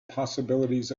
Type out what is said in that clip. possibilities